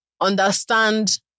understand